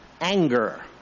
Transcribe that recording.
anger